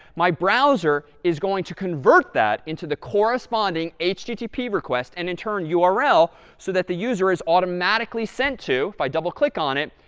my browser is going to convert that into the corresponding http request and in turn ah url so that the user is automatically sent to, if i double-click on it,